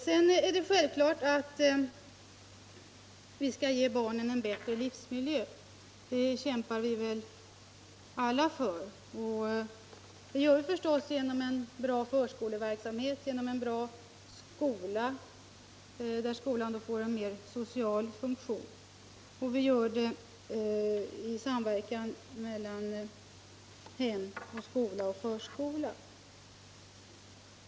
Det är självklart att vi skall ge barnen en bättre livsmiljö; det kämpar vi väl alla för. En sådan bättre miljö skapar vi förstås genom en bra förskoleverksamhet och genom en bra skola som får en mer social funktion, och vi gör det i samverkan mellan hem, skola och förskola.